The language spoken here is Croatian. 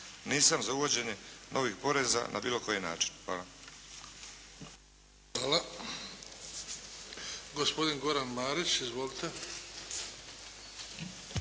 Nisam za uvođenje novih poreza na bilo koji način. Hvala. **Bebić, Luka (HDZ)** Hvala. Gospodin Goran Marić. Izvolite.